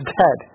dead